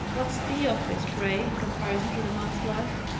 what's the office, pray, in comparison with a man's life?